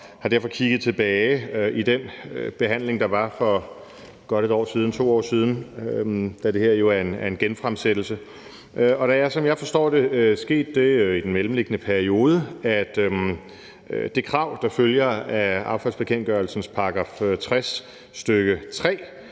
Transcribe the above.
har derfor kigget tilbage i den behandling, der var for godt 2 år siden, da det her jo er en genfremsættelse. Og der er, som jeg forstår det, sket det i den mellemliggende periode, at det krav, der følger af affaldsbekendtgørelsens § 60, stk. 3